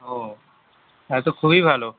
ও তাহলে তো খুবই ভালো